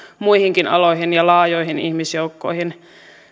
muihinkin aloihin ja laajoihin ihmisjoukkoihin